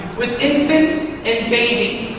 with infant and baby,